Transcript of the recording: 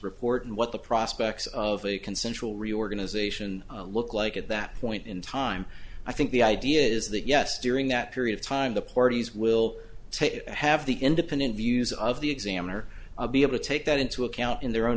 report and what the prospects of a consensual reorganization look like at that point in time i think the idea is that yes during that period of time the parties will take have the independent views of the examiner be able to take that into account in their own